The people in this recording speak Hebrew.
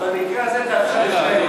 אז במקרה הזה תאפשר לשנינו,